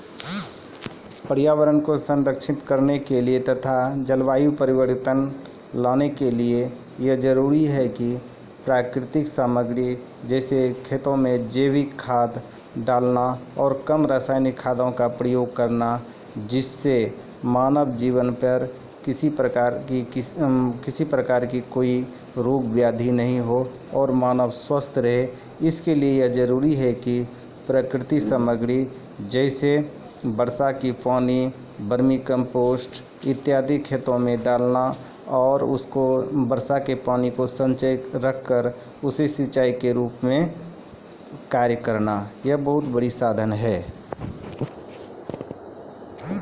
प्राकृतिक सामग्री केरो खेत मे उपयोग करलो जाय छै